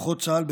כוחות צה"ל,